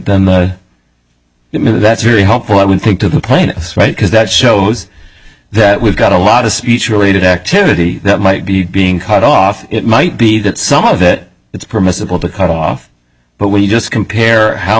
know that's very helpful i would think to the plaintiffs right because that shows that we've got a lot of speech related activity that might be being cut off it might be that some of it it's permissible to cut off but when you just compare how